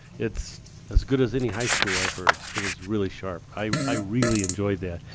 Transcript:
it's as good as any high school i've heard. it was really sharp. i really enjoyed that.